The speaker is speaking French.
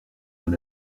dans